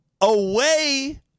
away